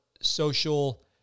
social